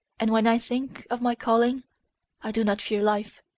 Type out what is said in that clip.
and when i think of my calling i do not fear life.